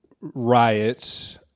riot